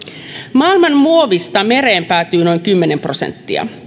maailman muovista mereen päätyy noin kymmenen prosenttia